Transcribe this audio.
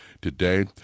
today